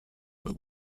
but